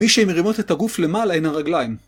מי שמרימות את הגוף למעלה הן הרגליים.